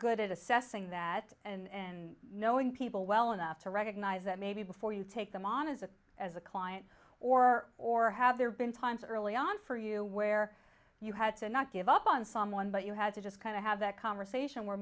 good at assessing that and knowing people well enough to recognize that maybe before you take them on as a as a client or or have there been times early on for you where you had to not give up on someone but you had to just kind of have that conversation where